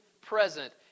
present